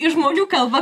į žmonių kalbą